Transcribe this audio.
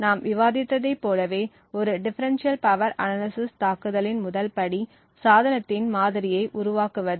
நாம் விவாதித்தை போலவே ஒரு டிஃபெரென்ஷியல் பவர் அனாலிசிஸ் தாக்குதலின் முதல் படி சாதனத்தின் மாதிரியை உருவாக்குவது